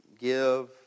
give